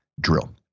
drill